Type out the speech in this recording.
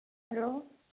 hello